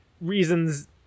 reasons